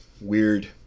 weird